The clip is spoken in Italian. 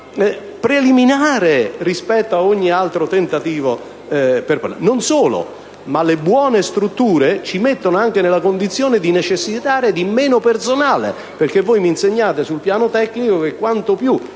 Non solo: le buone strutture ci mettono anche nella condizione di necessitare di meno personale, perché voi mi insegnate, sul piano tecnico, che quanto più